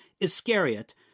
Iscariot